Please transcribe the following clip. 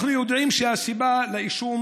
אנחנו יודעים שהסיבה לאישום